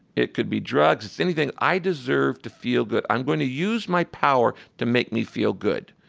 it could be drugs. it's anything i deserve to feel good. i'm going to use my power to make me feel good.